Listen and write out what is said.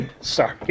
Sorry